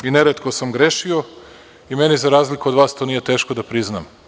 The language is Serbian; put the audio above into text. Neretko sam grešio i meni, za razliku od vas, to nije teško da priznam.